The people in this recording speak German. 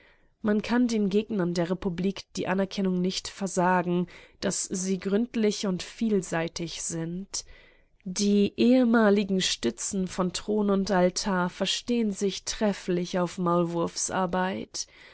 man kann den gegnern der republik die anerkennung nicht versagen daß sie gründlich und vielseitig sind die ehemaligen stützen von thron und altar verstehen sich trefflich auf